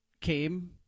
came